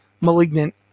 malignant